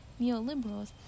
neoliberals